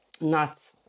nuts